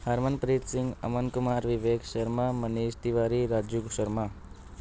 Harmanpreet Singh Aman Kumar Vivek Sharma Manish Tiwari Raju Sharma